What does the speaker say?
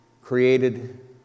created